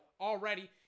already